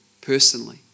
personally